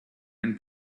and